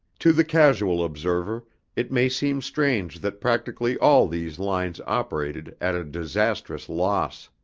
to the casual observer it may seem strange that practically all these lines operated at a disastrous loss.